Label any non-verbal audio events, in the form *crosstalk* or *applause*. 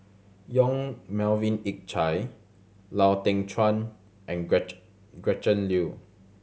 Yong Melvin Yik Chye Lau Teng Chuan and *unintelligible* Gretchen Liu